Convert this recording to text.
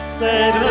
let